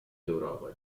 europa